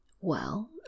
Well